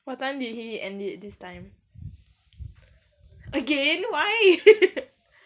what time did he end it this time again why